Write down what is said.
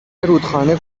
رودخانه